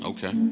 Okay